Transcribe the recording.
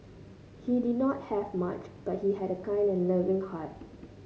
he did not have much but he had a kind and loving heart